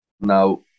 now